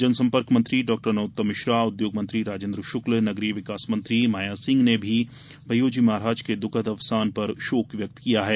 जनसंपर्क मंत्री डॉक्टर नरोत्तम मिश्रा उद्योग मंत्री राजेन्द्र शुक्ल नगरीय विकास मंत्री माया सिंह ने भी भययू जी महाराज के दुखद अवसान पर शोक व्यक्त किया है